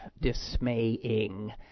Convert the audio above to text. dismaying